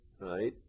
right